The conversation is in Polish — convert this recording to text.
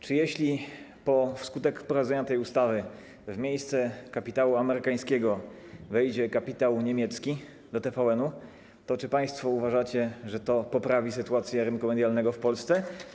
Czy jeśli wskutek wprowadzenia tej ustawy w miejsce kapitału amerykańskiego wejdzie kapitał niemiecki do TVN-u, to państwo uważacie, że to poprawi sytuację rynku medialnego w Polsce?